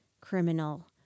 criminal